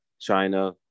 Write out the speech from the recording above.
China